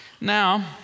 Now